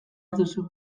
duzu